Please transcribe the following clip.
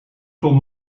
klom